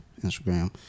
Instagram